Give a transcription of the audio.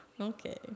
Okay